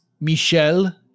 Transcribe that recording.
Michel